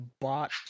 bought